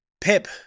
Pip